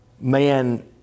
man